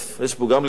גם לגבי ערוץ-2,